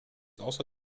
also